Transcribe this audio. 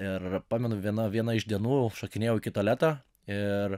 ir pamenu viena viena iš dienų šokinėjau iki tualeto ir